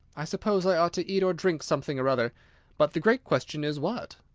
i suppose i ought to eat or drink something or other but the great question is, what?